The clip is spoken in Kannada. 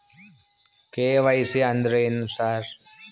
ಕೆ.ವೈ.ಸಿ ಅಂದ್ರೇನು ಸರ್?